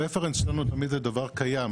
הרפרנס שלנו הוא תמיד לדבר קיים.